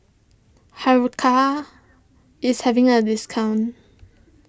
Hiruscar is having a discount